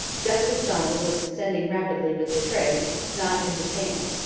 just as donald was descending rapidly with the tray not in his hand.